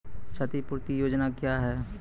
क्षतिपूरती योजना क्या हैं?